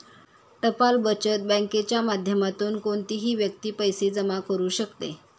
टपाल बचत बँकेच्या माध्यमातून कोणतीही व्यक्ती पैसे जमा करू शकते